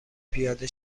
پیاده